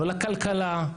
לא לכלכלה,